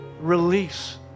release